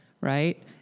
right